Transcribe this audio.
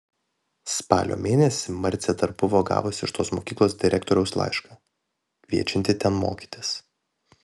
spalio mėnesį marcė dar buvo gavusi iš tos mokyklos direktoriaus laišką kviečiantį ten mokytis